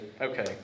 okay